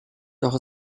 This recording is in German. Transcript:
doch